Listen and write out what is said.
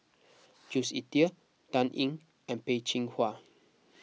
Jules Itier Dan Ying and Peh Chin Hua